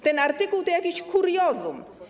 Ten artykuł to jakieś kuriozum.